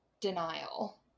denial